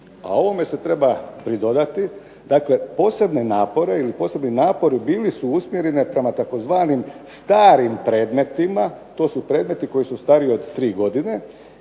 A ovome se treba pridodati, dakle posebne napore ili posebni napori bili su usmjereni prema tzv. starim predmetima, to su predmeti koji su stariji od 3 godine